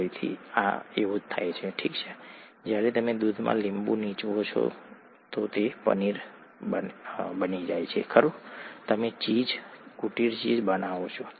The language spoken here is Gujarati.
ફરીથી એવું જ થાય છે જ્યારે તમે દૂધમાં લીંબુ નિચોવો છો ઠીક છે તમે પનીર બનાવો છો ખરું તમે ચીઝ કુટીર ચીઝ બનાવો છો